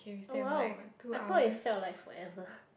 oh !wow! I thought it felt like forever